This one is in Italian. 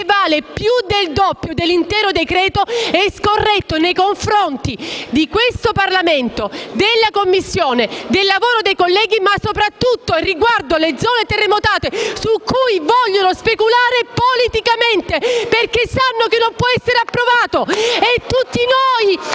vale più del doppio dell'intero decreto-legge è scorretto nei confronti di questo Parlamento, della Commissione, del lavoro dei colleghi, ma soprattutto riguardo alle zone terremotate, su cui vogliono speculare politicamente perché sanno che non può essere approvato! *(Applausi